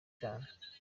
cyane